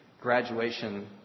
graduation